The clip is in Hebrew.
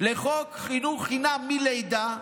לחוק חינוך חינם מלידה,